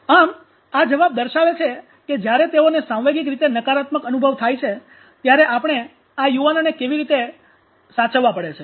આમ આ જવાબ દર્શાવે છે કે જ્યારે તેઓને સાંવેગિક રીતે નકારાત્મક અનુભવ થાય છે ત્યારે આપણે આ યુવાનોને કેવી રીતે રાખવાસાચવવા પડે છે